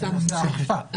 את נושא האכיפה.